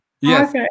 Yes